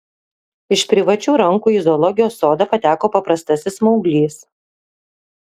iš privačių rankų į zoologijos sodą pateko paprastasis smauglys